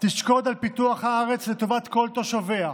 תשקוד על פיתוח הארץ לטובת כל תושביה,